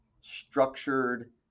structured